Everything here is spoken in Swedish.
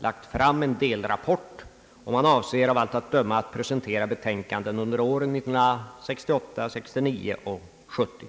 lagt fram en delrapport, och man avser av allt att döma att presentera delbetänkanden under åren 1968, 1969 och 1970.